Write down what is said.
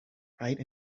right